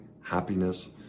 happiness